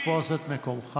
נכון.